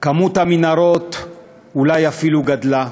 כמות המנהרות אולי אפילו גדלה,